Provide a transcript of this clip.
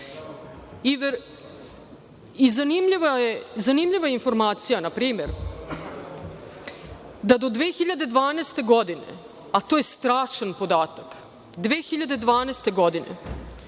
I zanimljiva je informacija, na primer, da do 2012. godine, a to je strašan podatak, 2012. godine